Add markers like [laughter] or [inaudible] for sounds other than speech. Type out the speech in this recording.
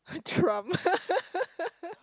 Trump [laughs]